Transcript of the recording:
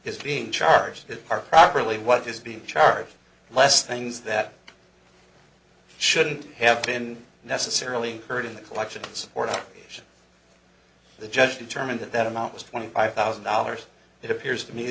is being charge that are properly what is being charged less things that shouldn't have been necessarily incurred in the collections or to the judge determine that that amount was twenty five thousand dollars it appears to me